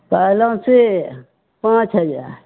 कहलहुॅं से पाँच हजार